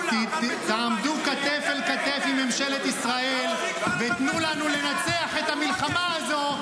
תעמדו כתף אל כתף עם ממשלת ישראל ותנו לנו לנצח את המלחמה הזו,